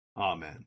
Amen